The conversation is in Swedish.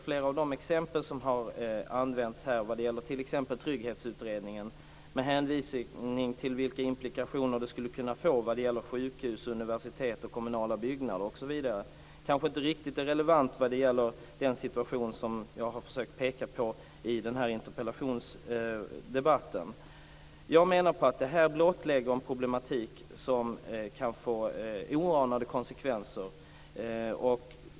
Flera av de exempel som har använts här, bl.a. Trygghetsutredningens hänvisning till vilka implikationer det skulle kunna få för sjukhus, universitet, kommunala byggnader osv., kanske inte är riktigt relevanta vad gäller den situation som jag har försökt peka på i den här interpellationsdebatten. Jag menar att det här blottlägger en problematik som kan få oanade konsekvenser.